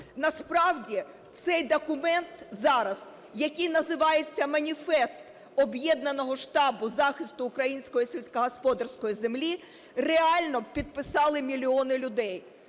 Насправді, цей документ зараз, який називається "Маніфест Об'єднаного штабу захисту української сільськогосподарської землі", реально підписали мільйони людей,